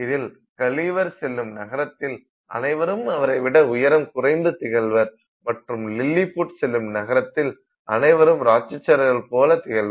இதில் கல்லிவர் செல்லும் நகரத்தில் அனைவரும் அவரைவிட உயரம் குறைந்து திகழ்வர் மற்றும் லில்லிபுட் செல்லும் நகரத்தில் அனைவரும் ராட்சசர்கள் போல் திகழ்வர்